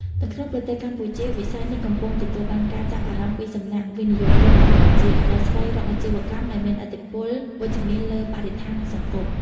នៅក្នុងប្រទេសកម្ពុជា វិស័យនេះកំពុងទទួលបានការចាប់អារម្មណ៍ពីសំណាក់វិនិយោគិនអន្តរជាតិ ដែលស្វែងរកអាជីវកម្មដែលមានឥទ្ធិពលវិជ្ជមានលើបរិស្ថាន និងសង្គម។